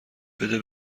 بده